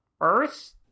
earth